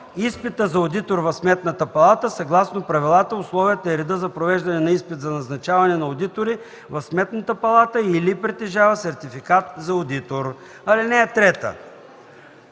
изпита за одитор в Сметната палата съгласно правилата, условията и реда за провеждане на изпит за назначаване на одитори в Сметната палата или притежава сертификат за одитор. (2)